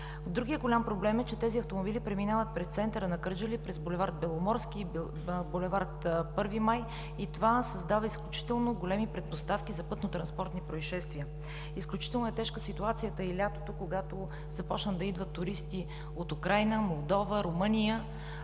Другият голям проблем е, че тези автомобили преминават през центъра на Кърджали, през булевард „Беломорски“ и булевард „Първи май“. Това създава изключително големи предпоставки за пътнотранспортни произшествия. Изключително тежка е ситуацията през лятото, когато започват да идват туристи от Украйна, Молдова, Румъния,